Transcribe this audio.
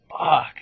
fuck